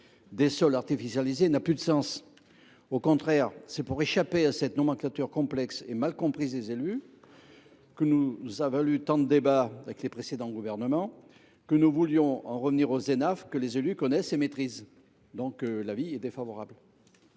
des sols artificialisés n’a plus de sens. Au contraire, c’est pour échapper à cette nomenclature complexe et mal comprise des élus, qui nous a valu tant de débats avec les précédents gouvernements, que nous voulions en revenir aux Enaf, notion que les acteurs locaux connaissent et maîtrisent. Par conséquent, l’avis de